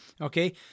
Okay